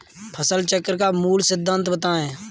फसल चक्र का मूल सिद्धांत बताएँ?